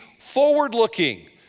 forward-looking